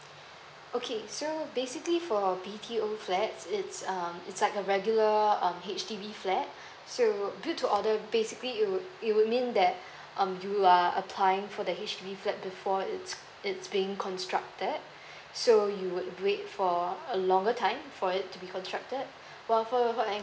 okay so basically for B_T_O flats it's um it's like a regular um H_D_B flats so build to order basically it will it will mean that um you are applying for the H_D_B flats before it's it's being constructed so you would wait for a longer time for it to be constructed while for